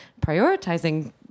prioritizing